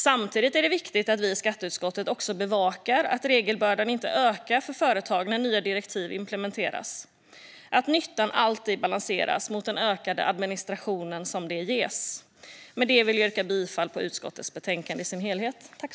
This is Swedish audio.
Samtidigt är det viktigt att vi i skatteutskottet också bevakar att regelbördan inte ökar för företag när nya direktiv implementeras och att nyttan alltid balanseras mot den ökade administration det ger. Med det yrkar jag bifall till utskottets förslag.